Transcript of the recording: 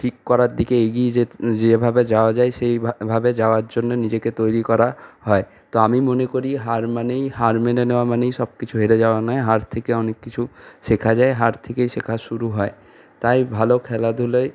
ঠিক করার দিকে এগিয়ে যেভাবে যাওয়া যায় সেইভাবে যাওয়ার জন্যে নিজেকে তৈরি করা হয় তো আমি মনে করি হার মানেই হার মেনে নেওয়া মানেই সবকিছু হেরে যাওয়া নয় হার থেকে অনেক কিছু শেখা যায় হার থেকেই শেখা শুরু হয় তাই ভালো খেলাধুলায়